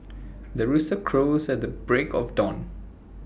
the rooster crows at the break of dawn